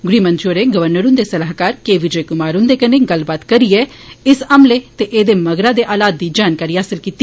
गृह मंत्री होरें गवर्नर हंदे सलाहकार के विजय कुमार हंदे कन्नै गल्लबात करियै इस हमले ते एहदे मगरा दे हालात दी जानकारी हासल कीती